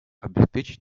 обеспечить